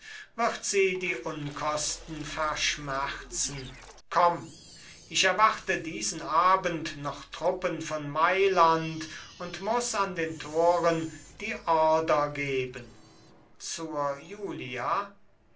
wird sie die unkosten verschmerzen komm ich erwarte diesen abend noch truppen von mailand und muß an den toren die order geben zur julia